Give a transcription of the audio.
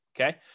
Okay